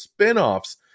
spinoffs